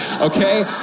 okay